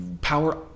power